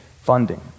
funding